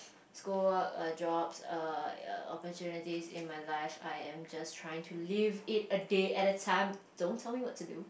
school work err jobs err opportunities in my life I am just trying to live it a day at a time don't tell me what to do